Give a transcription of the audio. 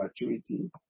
maturity